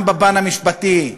גם בפן המשפטי,